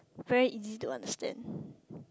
very easy to understand